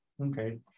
Okay